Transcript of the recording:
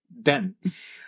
dense